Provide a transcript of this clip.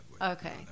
Okay